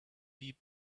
deep